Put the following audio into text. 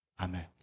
Amen